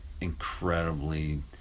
incredibly